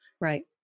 Right